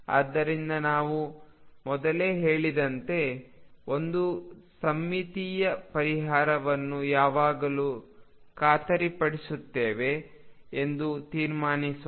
ಆದ್ದರಿಂದ ನಾವು ಮೊದಲೇ ಹೇಳಿದಂತೆ ಒಂದು ಸಮ್ಮಿತೀಯ ಪರಿಹಾರವನ್ನು ಯಾವಾಗಲೂ ಖಾತರಿಪಡಿಸುತ್ತೇವೆ ಎಂದು ತೀರ್ಮಾನಿಸೋಣ